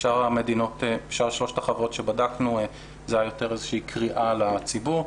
בשאר שלוש המדינות שבדקנו זה היה יותר איזושהי קריאה לציבור.